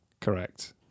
Correct